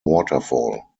waterfall